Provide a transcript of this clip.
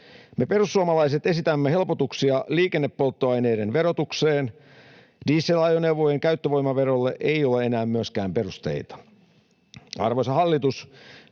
Me perussuomalaiset esitämme helpotuksia liikennepolttoaineiden verotukseen. Diesel-ajoneuvojen käyttövoimaverolle ei myöskään ole enää perusteita. Arvoisa hallitus,